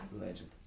Legend